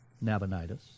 Nabonidus